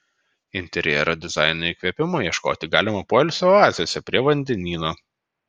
interjero dizaino įkvėpimo ieškoti galima poilsio oazėse prie vandenyno